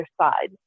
side